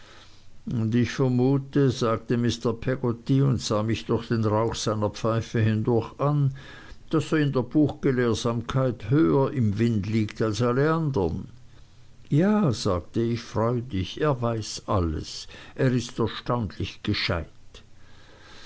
und ich vermute sagte mr peggotty und sah mich durch den rauch seiner pfeife hindurch an daß er in der buchgelehrsamkeit höher im wind liegt als alle andern ja sagte ich freudig er weiß alles er ist erstaunlich gescheit